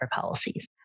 policies